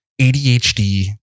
ADHD